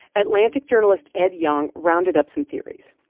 atlantic journalist ed yong rounded up some theories.